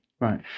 Right